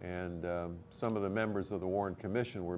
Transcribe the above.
and some of the members of the warren commission were